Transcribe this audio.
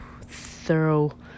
thorough